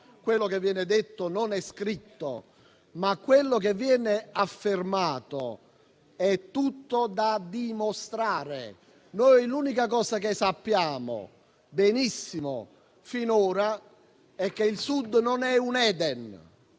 quello che viene detto non è scritto, ma quello che viene affermato è tutto da dimostrare. L'unica cosa che sappiamo benissimo finora è che il Sud non è un Eden.